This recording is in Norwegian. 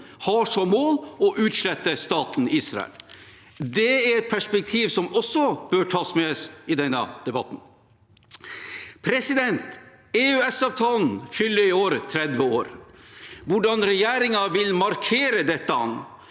har som mål å utslette staten Israel. Det er et perspektiv som også bør tas med i denne debatten. EØS-avtalen fyller i år 30 år. Hvordan regjeringen vil markere dette